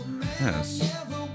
Yes